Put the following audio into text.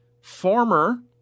former